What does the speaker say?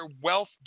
wealth